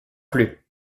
plus